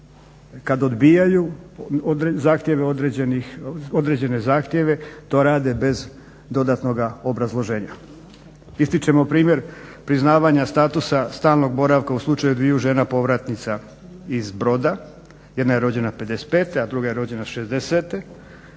kad odbijaju određene zahtjeve to rade bez dodatnoga obrazloženja. Ističemo primjer priznavanja statusa stalnog boravka u slučaju dviju žena povratnica iz Broda, jedna je rođena '55, a druga je rođena '60.,